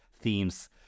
themes